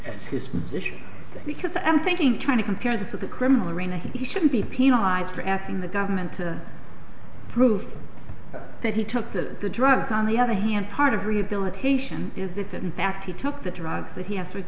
as his position because i'm thinking trying to compare this with the criminal arena he should be penalized for asking the government to prove that he took to the drugs on the other hand part of rehabilitation is if in fact he took the drugs that he has